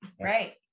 Right